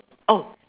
oh